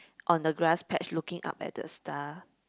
on the grass patch looking up at the star